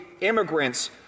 immigrants